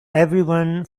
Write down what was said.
everyone